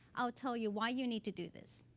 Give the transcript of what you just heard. i'll tell you why you need to do this.